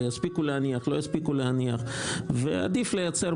האם יספיקו להניח או לא יספיקו להניח.